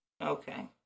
Okay